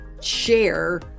share